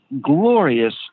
glorious